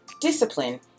discipline